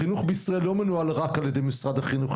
החינוך בישראל לא מנוהל רק על ידי משרד החינוך,